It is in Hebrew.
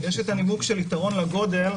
יש את הנימוק של יתרון לגודל,